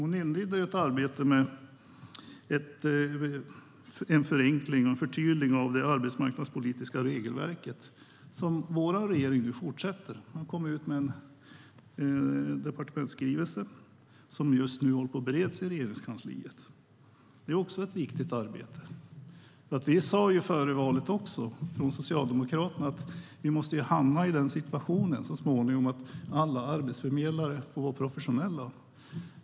Hon inledde ju ett arbete med en förenkling och ett förtydligande av det arbetsmarknadspolitiska regelverket som vår regering nu fortsätter. Det har kommit en departementsskrivelse som just nu bereds i Regeringskansliet. Det är också ett viktigt arbete. Vi socialdemokrater sa ju före valet att vi så småningom måste hamna i den situationen att alla arbetsförmedlare får vara professionella.